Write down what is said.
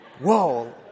whoa